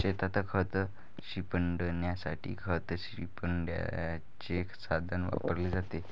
शेतात खत शिंपडण्यासाठी खत शिंपडण्याचे साधन वापरले जाते